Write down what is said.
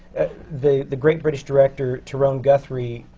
the the great british director, tyrone guthrie,